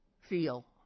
feel